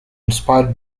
inspired